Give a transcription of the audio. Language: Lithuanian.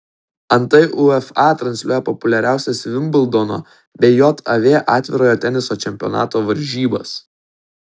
antai ufa transliuoja populiariausias vimbldono bei jav atvirojo teniso čempionato varžybas